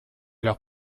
leurs